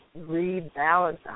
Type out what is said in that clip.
rebalance